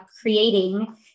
creating